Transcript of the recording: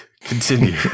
continue